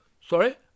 Sorry